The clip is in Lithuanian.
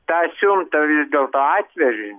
tą siuntą vis dėlto atvežė